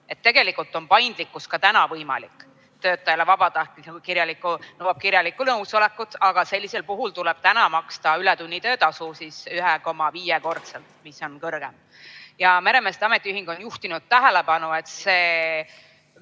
Tegelikult on paindlikkus ka täna võimalik, see nõuab kirjalikku nõusolekut, aga sellisel puhul tuleb täna maksta ületunnitöötasu, 1,5-kordset, mis on kõrgem. Meremeeste ametiühing on juhtinud tähelepanu, et see